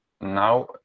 now